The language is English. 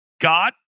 God